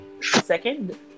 Second